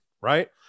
Right